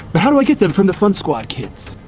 but how do i get them from the fun squad kids?